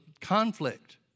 conflict